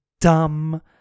dumb